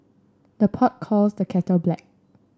the pot calls the kettle black